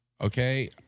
Okay